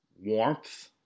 warmth